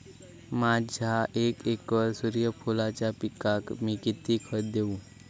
माझ्या एक एकर सूर्यफुलाच्या पिकाक मी किती खत देवू?